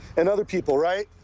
and other people, right?